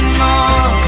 more